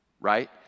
right